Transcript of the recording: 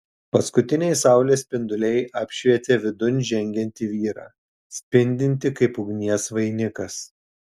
paskutiniai saulės spinduliai apšvietė vidun žengiantį vyrą spindintį kaip ugnies vainikas